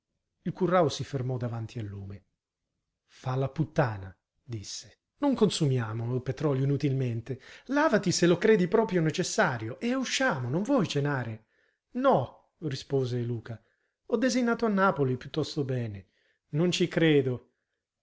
il currao si fermò davanti al lume fa la puttana disse non consumiamo petrolio inutilmente lavati se lo credi proprio necessario e usciamo non vuoi cenare no rispose luca ho desinato a napoli piuttosto bene non ci credo